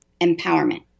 empowerment